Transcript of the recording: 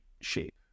shape